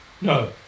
No